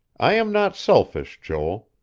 i am not selfish, joel.